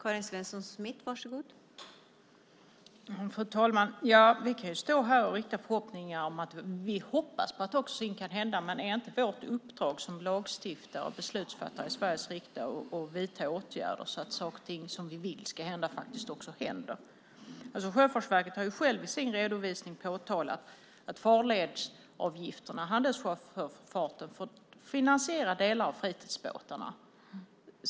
Fru talman! Vi kan stå här och hoppas att saker och ting ska hända. Men är inte vårt uppdrag som lagstiftare och beslutsfattare i Sveriges riksdag att vidta åtgärder så att saker och ting som vi vill ska hända faktiskt också händer? Sjöfartsverket har ju själv i sin redovisning påtalat att farledsavgifterna och handelssjöfarten får finansiera delar av fritidsbåtarna.